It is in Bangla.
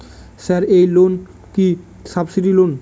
স্যার এই লোন কি সাবসিডি লোন?